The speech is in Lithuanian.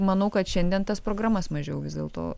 manau kad šiandien tas programas mažiau vis dėlto